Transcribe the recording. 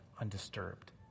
undisturbed